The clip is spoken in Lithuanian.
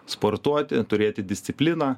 sportuoti turėti discipliną